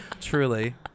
Truly